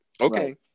Okay